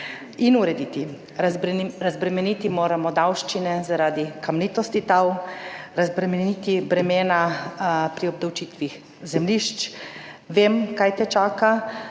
in urediti. Razbremeniti moramo davščine zaradi kamnitosti tal, razbremeniti bremena pri obdavčitvi zemljišč. Vem, kaj te čaka.